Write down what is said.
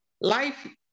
Life